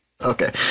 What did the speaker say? Okay